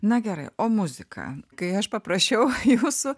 na gerai o muziką kai aš paprašiau jūsų